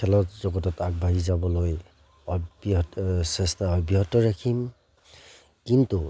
খেলৰ জগতত আগবাঢ়ি যাবলৈ অব্যাহত চেষ্টা অব্যহত ৰাখিম কিন্তু